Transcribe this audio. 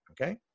okay